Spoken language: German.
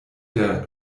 der